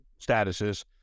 statuses